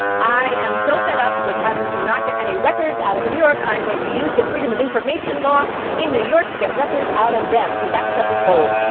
i am so fed up with having to not get any records out of new york. i'm going to use the freedom of information law in new york to get records out of them. cause that stuff is old.